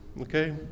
okay